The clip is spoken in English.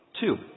Two